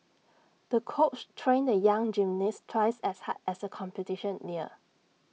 the coach trained the young gymnast twice as hard as the competition neared